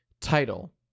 title